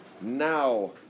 now